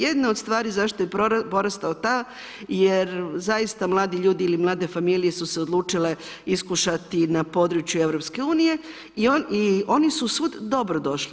Jedna od stvari zašto je porastao je ta jer zaista mladi ljudi ili mlade familije su se odlučile iskušati na području EU i oni su svud dobrodošli.